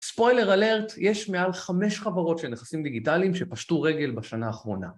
ספוילר אלרט, יש מעל חמש חברות של נכסים דיגיטליים שפשטו רגל בשנה האחרונה.